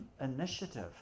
initiative